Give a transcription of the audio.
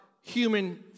human